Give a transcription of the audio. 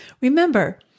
Remember